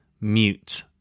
Mute